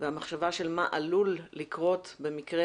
והמחשבה על מה עלול לקרות במקרה,